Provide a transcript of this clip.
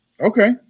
Okay